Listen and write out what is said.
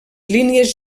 línies